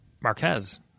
Marquez